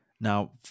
Now